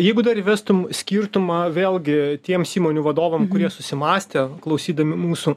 jeigu dar įvestum skirtumą vėlgi tiems įmonių vadovam kurie susimąstė klausydami mūsų